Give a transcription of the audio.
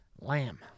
Lamb